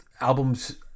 albums